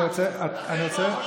אני רוצה,